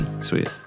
sweet